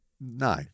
No